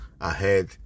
ahead